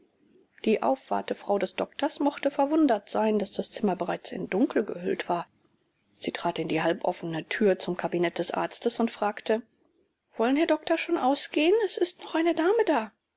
die aufwartefrau des doktors mochte verwundert sein daß das zimmer bereits in dunkel gehüllt lag sie trat in die halboffene tür zum kabinett des arztes und fragt wollen herr doktor schon ausgehen es ist noch eine dame da